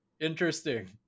interesting